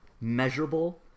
measurable